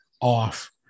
off